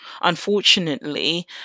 Unfortunately